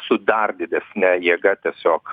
su dar didesne jėga tiesiog